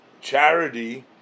charity